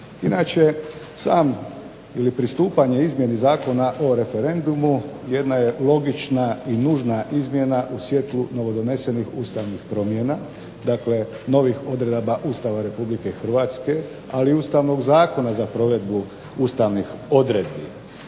Inače sam ili pristupanje izmjeni Zakona o referendumu jedna je logična i nužna izmjena u svijetlu novodonesenih ustavnih promjena, dakle novih odredaba Ustava Republike Hrvatske, ali i ustavnog Zakona za provedbu ustavnih odredbi.